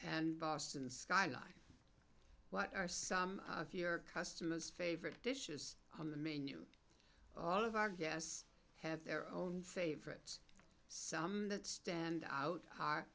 and boston skyline what are some of your customers favorite dishes on the menu all of our guests have their own favorites some that stand out our